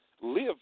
live